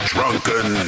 Drunken